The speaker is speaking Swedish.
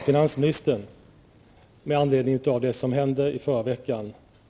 Herr talman!